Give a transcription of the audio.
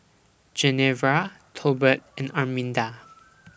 Genevra Tolbert and Arminda